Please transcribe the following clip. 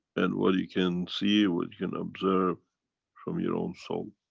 and what you can see, what you can observe from your own soul.